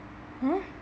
!huh!